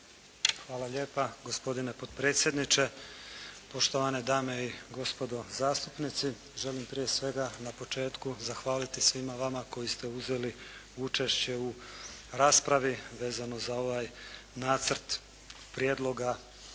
Hvala lijepa gospodine potpredsjedniče, poštovane dame i gospodo zastupnici. Želim prije svega na početku zahvaliti svima vama koji ste uzeli učešće u raspravi vezano za ovaj nacrt prijedloga